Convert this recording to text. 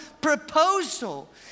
proposal